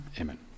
Amen